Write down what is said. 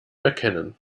erkennen